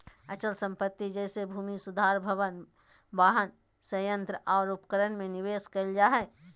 अचल संपत्ति जैसे भूमि सुधार भवन, वाहन, संयंत्र और उपकरण में निवेश कइल जा हइ